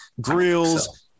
grills